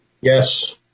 Yes